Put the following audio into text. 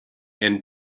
and